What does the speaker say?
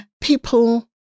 people